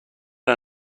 are